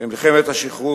במלחמת השחרור,